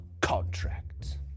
contract